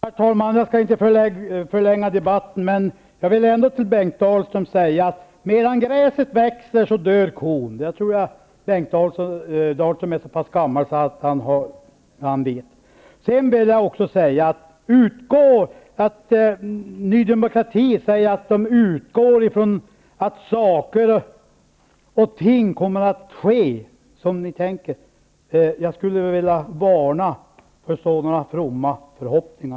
Herr talman! Jag skall inte förlänga debatten, men jag vill ändå säga till Bengt Dalström, att medan gräset växer dör kon. Jag tror att han är så pass gammal att han vet det. Ni i Ny demokrati utgår från att saker och ting kommer att ske så som ni tänker. Jag skulle vilja varna för sådana fromma förhoppningar.